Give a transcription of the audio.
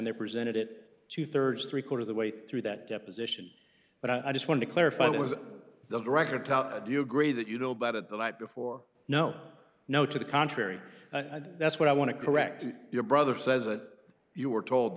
they presented it two thirds three quarter the way through that deposition but i just want to clarify that was the record do you agree that you know by that the night before no no to the contrary that's what i want to correct your brother says that you were told th